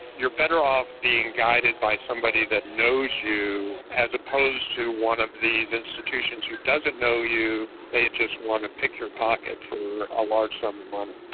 you're better off being guided by somebody that knows you as opposed to one of these institutions who doesn't know you, they just want to pick your pocket for a large sum of money.